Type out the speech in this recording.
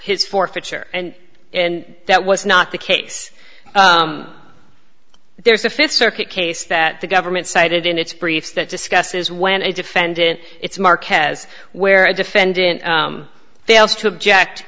his forfeiture and and that was not the case there's a fifth circuit case that the government cited in its briefs that discusses when a defendant it's mark has where a defendant fails to object